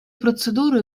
процедуры